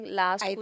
last